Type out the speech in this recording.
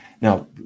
Now